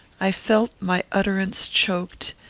i felt my utterance choked,